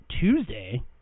Tuesday